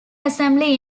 assembly